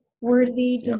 worthy